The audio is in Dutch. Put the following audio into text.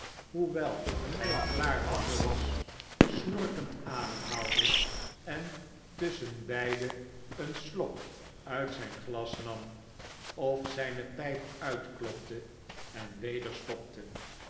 hoewel hij klaarwakker was snorkend ademhaalde en tusschenbeide een slok uit zijn glas nam of zijne pijp uitklopte en weder stopte